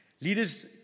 Leaders